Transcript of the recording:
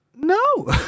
No